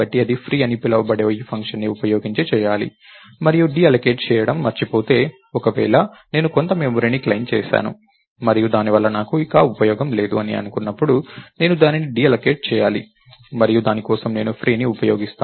కాబట్టి ఇది ఫ్రీ అని పిలువబడే ఈ ఫంక్షన్ని ఉపయోగించి చేయాలి మరియు డీఅల్లోకేట్ చేయడం మర్చిపోతే ఒక వేళ నేను కొంత మెమరీని క్లెయిమ్ చేసాను మరియు దాని వల్ల నాకు ఇక ఉపయోగం లేదు అని అనుకున్నప్పుడు నేను దానిని డీఅల్లోకేట్ చేయాలి మరియు దాని కోసం నేను ఫ్రీ ని ఉపయోగిస్తాను